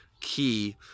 key